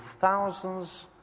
thousands